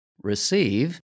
receive